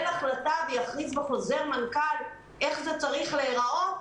החלטה ויכריז בחוזר מנכ"ל איך זה צריך להיראות.